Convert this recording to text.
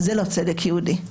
זה לא צדק יהודי.